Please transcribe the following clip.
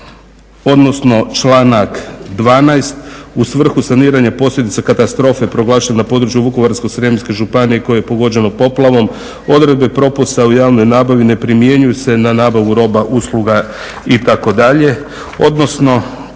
odnosno članak 12. u svrhu saniranja katastrofe proglašena na području Vukovarsko-srijemske županije koje je pogođeno poplavom, odredbe propisa o javnoj nabavi ne primjenjuju se na nabavu roba, usluga itd.